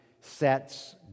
sets